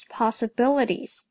possibilities